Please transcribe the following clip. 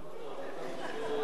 לא בטוח.